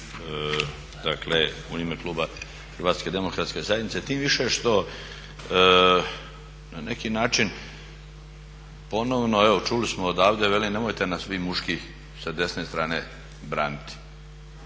dakle u ime kluba Hrvatske demokratske zajednice, tim više što na neki način, ponovno, evo čuli smo odavde, veli nemojte nas vi muški s desne strane braniti.